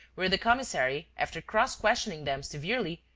where the commissary, after cross-questioning them severely,